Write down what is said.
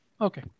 okay